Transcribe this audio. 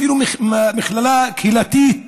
אפילו מכללה קהילתית